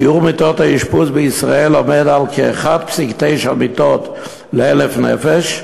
שיעור מיטות האשפוז בישראל עומד על כ-1.9 מיטות ל-1,000 נפש,